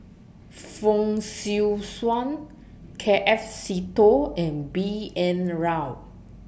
Fong Swee Suan K F Seetoh and B N Rao